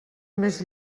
més